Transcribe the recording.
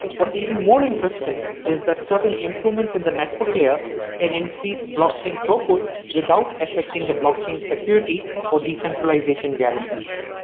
what's even more interesting is that certain improvements in the network layer can increase blockchain throughput without affecting the blockchain security or decentralization guarantees.